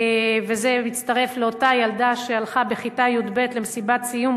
וזה מצטרף לאותה ילדה שהלכה בכיתה י"ב למסיבת סיום.